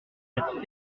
d’être